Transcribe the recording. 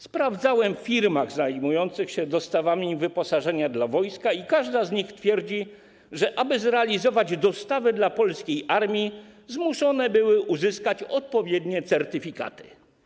Sprawdzałem w firmach zajmujących się dostawami wyposażenia dla wojska i każda z nich twierdzi, że aby zrealizować dostawy dla polskiej armii, zmuszone były uzyskać odpowiednie certyfikaty.